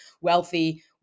wealthy